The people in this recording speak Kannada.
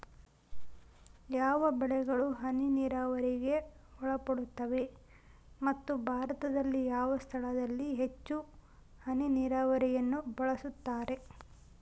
ಯಾವ ಬೆಳೆಗಳು ಹನಿ ನೇರಾವರಿಗೆ ಒಳಪಡುತ್ತವೆ ಮತ್ತು ಭಾರತದಲ್ಲಿ ಯಾವ ಸ್ಥಳದಲ್ಲಿ ಹೆಚ್ಚು ಹನಿ ನೇರಾವರಿಯನ್ನು ಬಳಸುತ್ತಾರೆ?